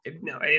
no